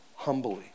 humbly